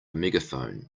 megaphone